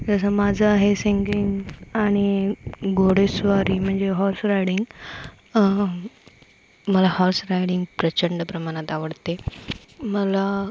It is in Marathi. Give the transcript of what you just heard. जसं माझं आहे सिंगिंग आणि घोडेस्वारी म्हणजे हॉर्स रायडिंग मला हॉर्स रायडिंग प्रचंड प्रमाणात आवडते मला